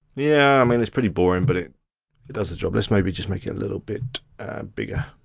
yeah, i mean it's pretty boring, but it it does the job. let's maybe just make it a little bit bigger,